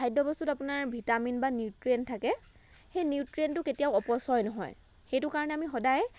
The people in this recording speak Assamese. খাদ্য বস্তুত আপোনাৰ ভিটামিন বা নিউট্ৰেইন থাকে সেই নিউট্ৰেইনটো কেতিয়াও অপচয় নহয় সেইটো কাৰণে আমি সদায়